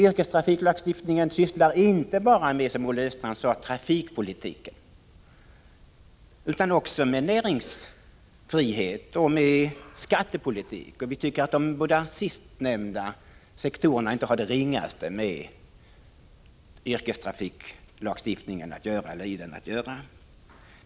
Yrkestrafiklagstiftningen sysslar inte bara, som Olle Grahn sade, med trafikpolitiken, utan den sysslar också med näringspolitik och skattepolitik, och vi tycker att de båda sistnämnda sektorerna inte har det ringaste i yrkestrafiklagstiftningen att göra.